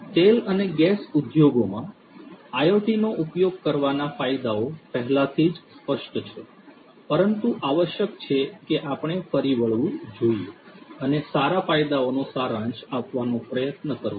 તેથી તેલ અને ગેસ ઉદ્યોગોમાં IoT નો ઉપયોગ કરવાના ફાયદાઓ પહેલાથી જ સ્પષ્ટ છે પરંતુ આવશ્યક છે કે આપણે ફરી વળવું જોઈએ અને સારા ફાયદાઓનો સારાંશ આપવાનો પ્રયત્ન કરીએ